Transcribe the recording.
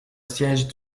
siège